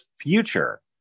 future